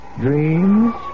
dreams